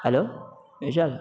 hello Rishabh